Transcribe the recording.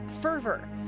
fervor